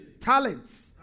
talents